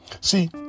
See